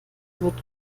wird